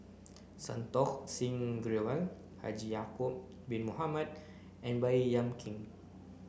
Santokh Singh Grewal Haji Ya'acob bin Mohamed and Baey Yam Keng